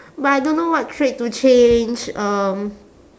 but I don't know what trait to change um